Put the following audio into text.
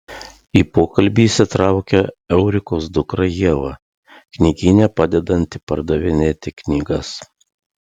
į pokalbį įsitraukia eurikos dukra ieva knygyne padedanti pardavinėti knygas